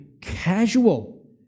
casual